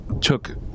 took